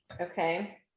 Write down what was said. okay